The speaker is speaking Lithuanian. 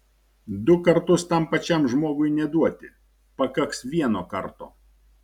du kartus tam pačiam žmogui neduoti pakaks vieno karto